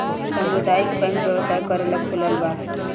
सामुदायक बैंक व्यवसाय करेला खोलाल बा